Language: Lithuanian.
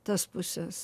tas puses